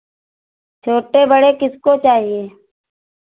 छोटे बड़े किसको चाहिए